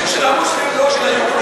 של המוסלמים ולא של היהודים,